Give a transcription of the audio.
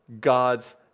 god's